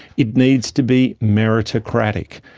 it needs to be meritocratic.